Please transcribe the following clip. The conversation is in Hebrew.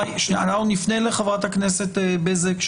אנחנו נפנה לחברת הכנסת בזק,